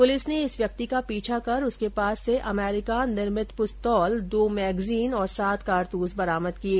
police ने इस व्यक्ति का पीछा कर उसके पास से अमरीका निर्मित पिस्तौल दो मैगजीन और सात कारतूस बरामद किये